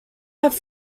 have